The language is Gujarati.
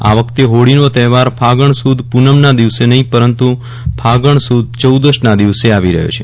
આ વખતે હોળીનો તહેવાર ફાગણ પુનમના દિવસે નહિ પરંતુ ફાગણસુદ ચૌદશના દિવસે આવી રહ્યો છે